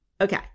Okay